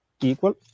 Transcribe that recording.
equal